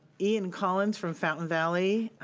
ian collins from fountain valley